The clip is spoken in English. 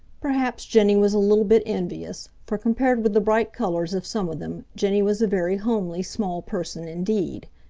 perhaps jenny was a little bit envious, for compared with the bright colors of some of them jenny was a very homely small person indeed.